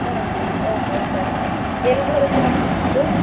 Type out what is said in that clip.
ಹ್ಞೂ ಹ್ಞೂ ಓಹ್ ಹೌದಾ ಎಲ್ಲಿ ಬರುತ್ತೆ ಮೇಡಮ್ ಅದು